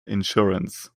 insurance